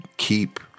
keep